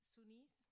Sunnis